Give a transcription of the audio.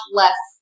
less